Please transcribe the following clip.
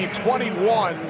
21